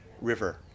river